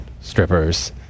strippers